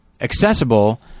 accessible